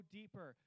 deeper